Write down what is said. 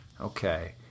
Okay